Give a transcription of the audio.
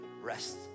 rest